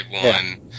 one